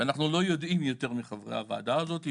ואנחנו לא יודעים יותר מחברי הוועדה הזאת,